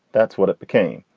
that's what it became.